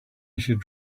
should